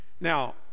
now